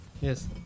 Yes